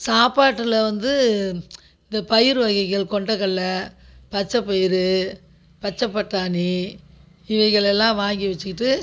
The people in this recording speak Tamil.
சாப்பாட்டில் வந்து இந்த பயிர் வகைகள் கொண்டகடல பச்சைப்பயிறு பச்சைப்பட்டாணி இவைகளை எல்லாம் வாங்கி வச்சுகிட்டு